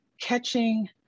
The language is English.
catching